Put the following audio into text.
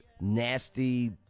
nasty